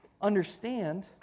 understand